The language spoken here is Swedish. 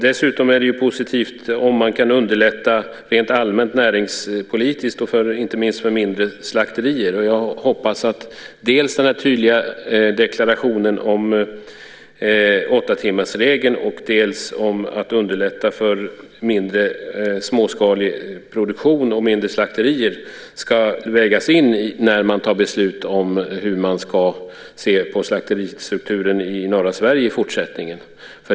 Dessutom är det positivt om man kan underlätta rent allmänt näringspolitiskt, inte minst för mindre slakterier. Jag hoppas att dels denna tydliga deklaration om åttatimmarsregeln, dels den om att underlätta för småskalig produktion och mindre slakterier ska vägas in när man fattar beslut om hur man ska se på slakteristrukturen i norra Sverige i fortsättningen.